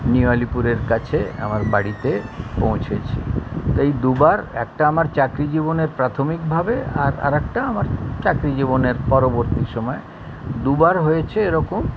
new আলিপুরের কাছে আমার বাড়িতে পৌঁছেছি তা এই দুবার একটা আমার চাকরি জীবনের প্রাথমিকভাবে আর আর একটা আমার চাকরি জীবনের পরবর্তী সময় দুবার হয়েছে এরকম